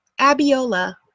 Abiola